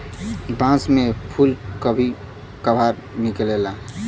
बांस में फुल कभी कभार निकलेला